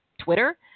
Twitter